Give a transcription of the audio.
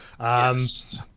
Yes